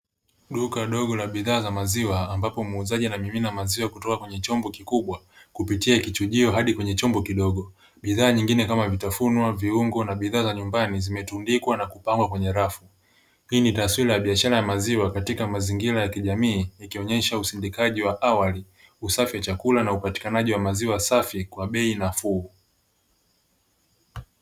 Duka dogo la bidhaa za maziwa ambapo muuzaji anamimina mazii kutoka kwenye chombo kikubwa kupitia kichujio hadi kwenye chombo kidogo. Bidhaa nyingine kama vitafunwa, viungo na bidhaa za nyumbani zimetundikwa na kupangwa kwenye rafu. Hii ni taswira ya biashara ya maziwa katika mazingira ya kijamii ikionyesha usindikaji wa awali, usafi wa chakula na upatikanaji wa maziwa safi kwa bei nafuu.